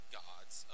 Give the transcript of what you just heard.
gods